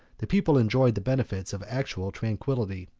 the people enjoyed the benefits of actual tranquillity.